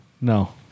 No